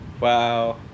wow